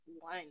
one